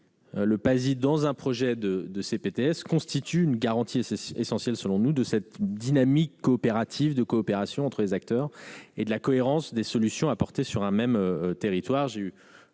le PASI dans un projet de CPTS constitue une garantie essentielle de cette dynamique de coopération entre acteurs et de la cohérence des solutions apportées sur un même territoire.